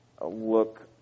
look